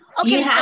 Okay